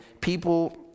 people